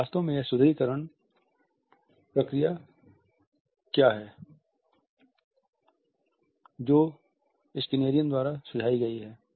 अब वास्तव में यह सुदृढीकरण प्रक्रिया क्या है जो स्किनेरियन द्वारा सुझाई गई है